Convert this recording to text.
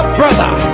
brother